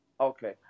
okay